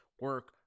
Work